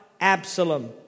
Absalom